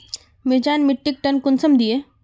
मिर्चान मिट्टीक टन कुंसम दिए?